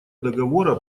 договора